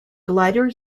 glider